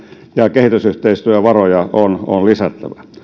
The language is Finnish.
ja kehitysyhteistyövaroja on on lisättävä